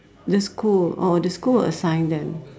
the school oh the school will assign them